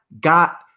got